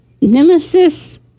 nemesis